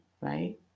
right